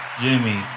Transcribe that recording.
Jimmy